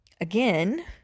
again